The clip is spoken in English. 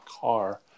car